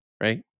right